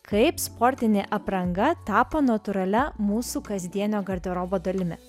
kaip sportinė apranga tapo natūralia mūsų kasdienio garderobo dalimi